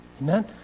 Amen